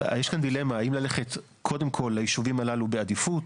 יש כאן דילמה האם ללכת קודם כל ליישובים הללו בעדיפות